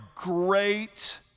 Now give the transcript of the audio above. great